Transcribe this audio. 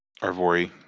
Arvori